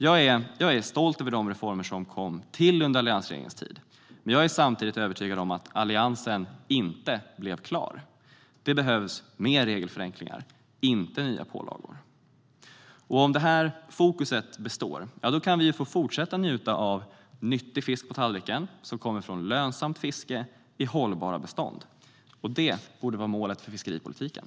Jag är stolt över de reformer som kom till under alliansregeringens tid, men jag är samtidigt övertygad om att Alliansen inte blev klar. Det behövs mer regelförenklingar, inte nya pålagor. Om detta fokus består, ja då kan vi få fortsätta njuta av nyttig fisk på tallriken från lönsamt fiske i hållbara bestånd. Det borde vara målet för fiskeripolitiken.